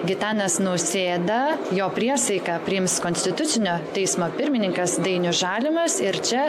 gitanas nausėda jo priesaiką priims konstitucinio teismo pirmininkas dainius žalimas ir čia